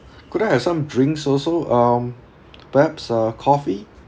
could I have some drinks also um perhaps uh coffee